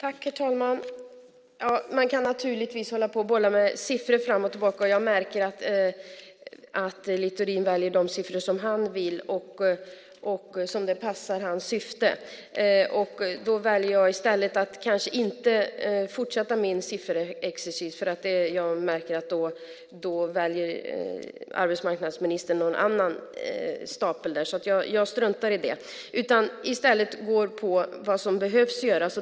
Herr talman! Man kan naturligtvis hålla på och bolla med siffror fram och tillbaka. Jag märker att Littorin väljer de siffror han vill, de som passar hans syfte. Jag väljer i stället att inte fortsätta min sifferexercis, för jag märker att arbetsmarknadsministern då väljer någon annan stapel. Jag struntar i det och går i stället in på vad som behöver göras.